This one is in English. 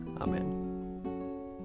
Amen